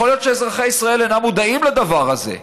יכול להיות שאזרחי ישראל אינם מודעים לדבר הזה.